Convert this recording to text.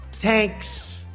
tanks